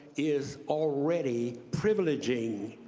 is already privilegeing,